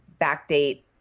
backdate